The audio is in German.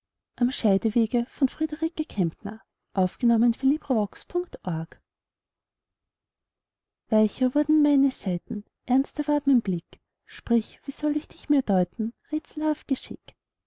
scheidewege weicher wurden meine saiten ernster ward mein blick sprich wie soll ich dich mir deuten rätselhaft geschick